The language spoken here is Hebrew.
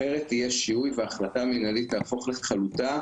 אחרת יהיה שיהוי וההחלטה המנהלית תהפוך לחלוטה,